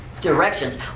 directions